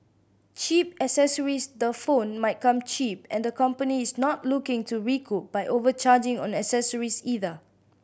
Cheap Accessories the phone might come cheap and the company is not looking to recoup by overcharging on accessories either